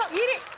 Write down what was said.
eat it.